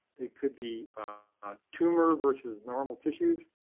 they could be ah tumor versus normal tissues,